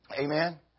Amen